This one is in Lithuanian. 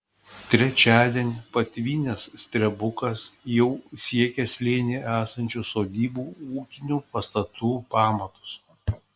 trečiadienį patvinęs strebukas jau siekė slėnyje esančių sodybų ūkinių pastatų pamatus